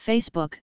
Facebook